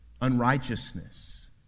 Unrighteousness